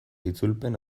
itzulpen